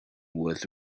worth